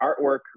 artwork